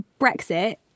Brexit